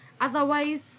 otherwise